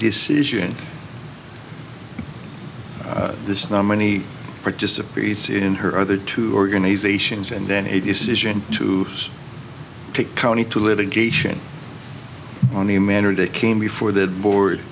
decision this nominee participates in her other two organizations and then a decision to take county to litigation on the matter that came before the board